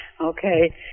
Okay